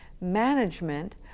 management